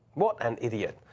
what an idiot.